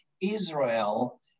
Israel